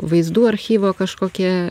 vaizdų archyvo kažkokie